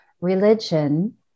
religion